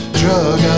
drug